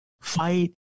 fight